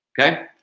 Okay